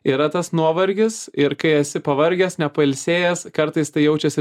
yra tas nuovargis ir kai esi pavargęs nepailsėjęs kartais tai jaučiasi